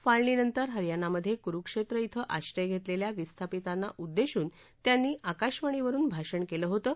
फाळणीनंतर हरयानामधे कुरुक्षेत्र श्व आश्रय घेतलेल्या विस्थापितांना उद्देशून त्यांनी आकाशवाणीवरुन भाषण केलं होतं